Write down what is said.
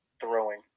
throwing